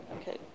Okay